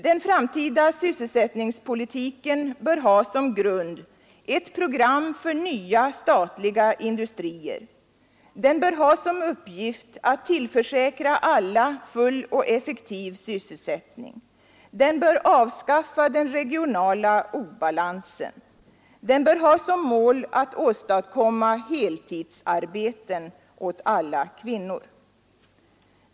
Den framtida sysselsättningspolitiken bör ha som grund ett program för nya statliga industrier. Den bör ha som uppgift att tillförsäkra alla full och effektiv sysselsättning. Den bör avskaffa den regionala obalansen och ha som mål att åstadkomma heltidsarbeten åt alla kvinnor.